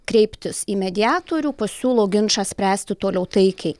kreiptis į mediatorių pasiūlo ginčą spręsti toliau taikiai